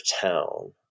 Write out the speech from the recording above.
town